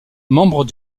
membres